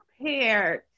prepared